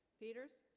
peters